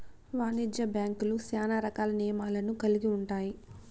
వాణిజ్య బ్యాంక్యులు శ్యానా రకాల నియమాలను కల్గి ఉంటాయి